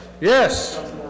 yes